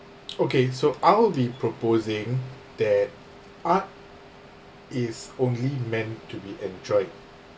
okay so I'll be proposing that art is only meant to be enjoyed